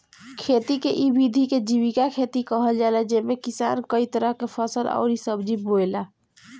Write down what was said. खेती के इ विधि के जीविका खेती कहल जाला जेमे किसान कई तरह के फसल अउरी सब्जी बोएला